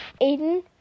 Aiden